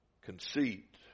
Conceit